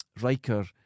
Riker